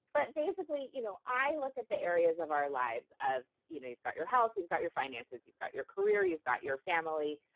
but basically, you know i look at the areas of our lives of, you know you've got your house, you've got your finances, you've got your career you've got your family,